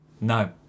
No